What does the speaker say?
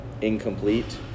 incomplete